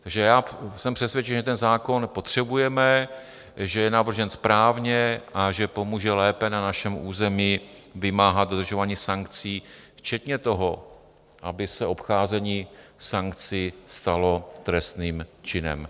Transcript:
Takže jsem přesvědčen, že ten zákon potřebujeme, že je navržen správně a že pomůže lépe na našem území vymáhat dodržování sankcí, včetně toho, aby se obcházení sankcí stalo trestným činem.